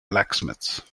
blacksmiths